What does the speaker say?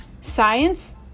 Science